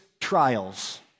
trials